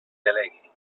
delegui